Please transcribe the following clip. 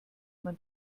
man